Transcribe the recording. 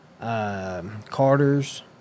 Carter's